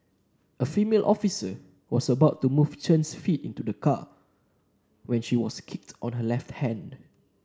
a female officer was about to move Chen's feet into the car when she was kicked on her left hand